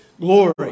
glory